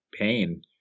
pain